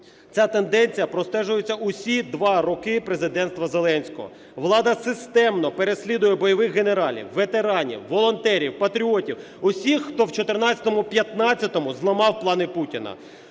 Ця тенденція простежується усі два роки президентства Зеленського. Влада системно переслідує бойових генералів, ветеранів, волонтерів, патріотів – усіх, хто в 14-15-му зламав плани Путіна.